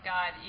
God